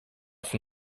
from